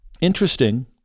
Interesting